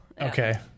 Okay